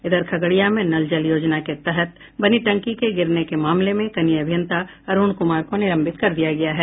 इधर खगड़िया में नल जल योजना के तहत बनी टंकी के गिरने के मामले में कनीय अभियंता अरूण कुमार को निलंबित कर दिया गया है